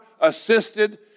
assisted